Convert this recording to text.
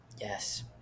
Yes